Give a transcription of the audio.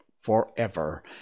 forever